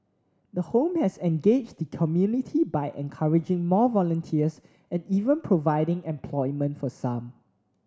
the home has engaged the community by encouraging more volunteers and even providing employment for some